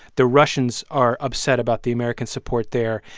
the russians are upset about the american support there.